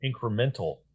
incremental